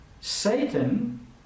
Satan